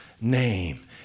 name